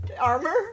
Armor